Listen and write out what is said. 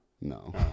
No